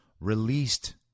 released